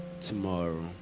tomorrow